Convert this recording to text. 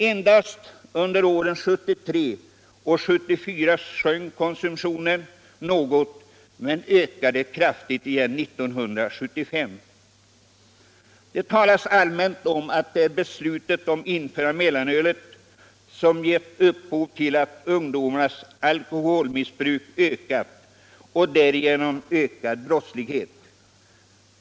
Endast under år 1973 och 1974 sjönk konsumtionen något, men den ökade kraftigt igen 1975. Det talas allmänt om att det är beslutet om att införa mellanöl som lett till att ungdomarnas alkohomissbruk ökat och att därigenom brottsligheten har ökat.